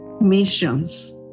missions